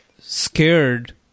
scared